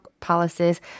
Palaces